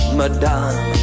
madame